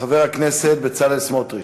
חבר הכנסת בצלאל סמוטריץ.